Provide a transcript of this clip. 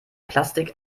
plastik